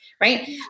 right